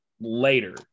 later